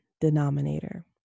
denominator